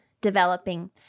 developing